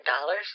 dollars